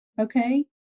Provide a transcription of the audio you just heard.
okay